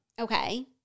Okay